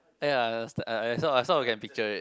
!aiya! I sort of can picture it